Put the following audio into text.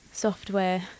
software